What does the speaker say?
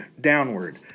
downward